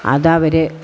അത് അവർ